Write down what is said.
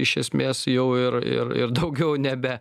iš esmės jau ir ir ir daugiau nebe